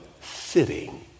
sitting